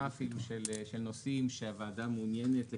של נושאים שהוועדה מעוניינת לקבל דיווח.